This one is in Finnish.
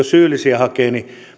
syyllisiä hakee